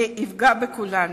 זה יפגע בכולנו,